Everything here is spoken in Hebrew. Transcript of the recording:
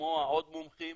לשמוע עוד מומחים